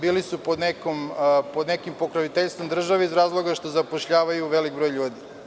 Bili su pod nekim pokroviteljstvom države iz razloga što zapošljavaju veliki broj ljudi.